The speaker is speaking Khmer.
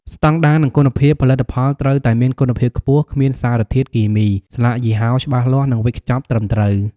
ស្តង់ដារ និងគុណភាព ផលិតផលត្រូវតែមានគុណភាពខ្ពស់ គ្មានសារធាតុគីមី ស្លាកយីហោច្បាស់លាស់ និងវេចខ្ចប់ត្រឹមត្រូវ។